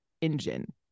engine